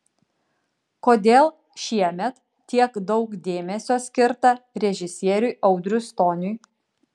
kodėl šiemet tiek daug dėmesio skirta režisieriui audriui stoniui